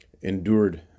endured